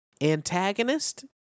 antagonist